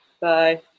Bye